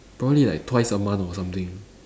probably like twice a month or something